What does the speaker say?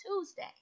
Tuesday